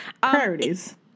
Priorities